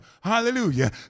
Hallelujah